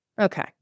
okay